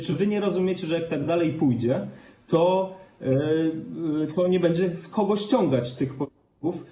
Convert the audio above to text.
Czy wy nie rozumiecie, że jak tak dalej pójdzie, to nie będzie z kogo ściągać tych podatków?